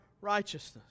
righteousness